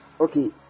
Okay